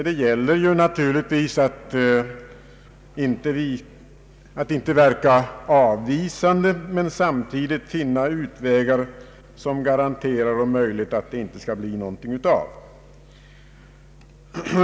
Det gäller naturligtvis att inte verka avvisande men samtidigt finna utvägar som om möjligt garanterar att det inte blir något av.